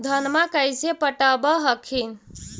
धन्मा कैसे पटब हखिन?